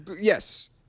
yes